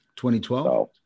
2012